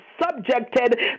subjected